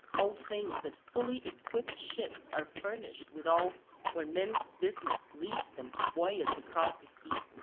all things that fully-equipped ships are furnished withal when men's business leads them to voyage across the sea,